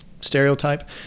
stereotype